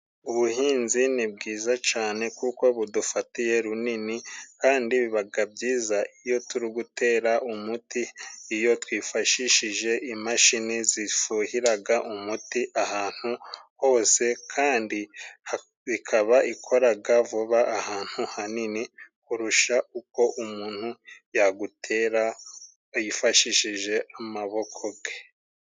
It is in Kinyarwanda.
Ubuhinzi ni bwiza cane kuko budufatiye runini kandi bibaga byiza iyo turi gutera umuti iyo twifashishije imashini zifuhiraga umuti ahantu hose kandi ikaba ikoraga vuba ahantu hanini kurusha uko umuntu yagutera yifashishije amaboko ge.